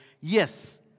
yes